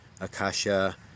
Akasha